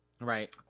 right